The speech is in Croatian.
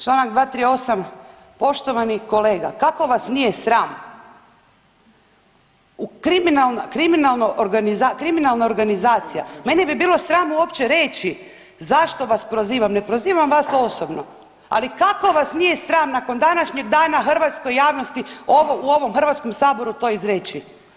Čl. 238., poštovani kolega, kako vas nije sram, kriminalna organizacija, mene bi bilo sram uopće reći zašto vas prozivam, ne prozivam vas osobno, ali kako vas nije sram nakon današnjeg dana hrvatskoj javnosti ovo u ovom HS to izreći?